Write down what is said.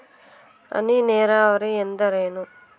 ಹನಿ ನೇರಾವರಿ ಎಂದರೇನು?